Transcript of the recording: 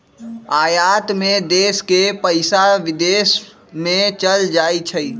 आयात में देश के पइसा विदेश में चल जाइ छइ